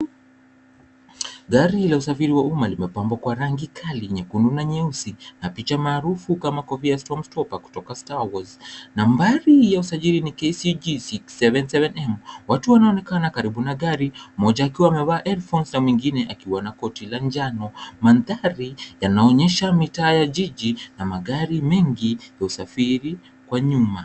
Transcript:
Gari la usafiri wa umma limepambwa kwa rangi kali nyekundu na nyeusi na picha maarufu kama [cs ] Kobiastum[cs ] kutoka [cs ] Stawrts[cs ]. Nambari ya usajili ni KCG 677M. Watu wanaonekana karibu na gari mmoja akiwa amevaa[cs ] headphones[cs ] na mwingine akiwa na koti la njano. Mandhari yanaonyesha mitaa ya jiji na magari mengi kusafiri kwa nyuma.